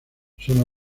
son